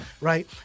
Right